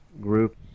group